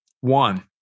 One